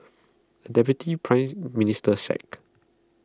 A deputy Prime Minister sacked